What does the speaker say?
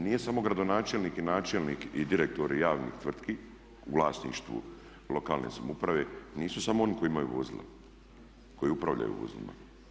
Nije samo gradonačelnik i načelnik i direktori javnih tvrtki u vlasništvu lokalne samouprave nisu samo oni koji imaju vozila, koji upravljaju vozilima.